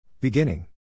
Beginning